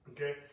Okay